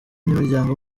n’imiryango